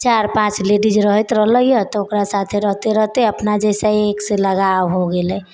चारि पाँच लेडिज रहैत रहलै अइ तऽ ओकरा साथे रहिते रहिते अपना जइसे एकसँ लगाव हो गेलै